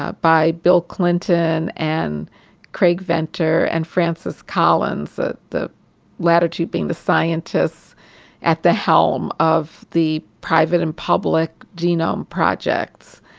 ah by bill c linton and craig venter and francis collins, the the latter two being the scientists at the helm of the private and public genome projects,